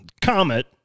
comet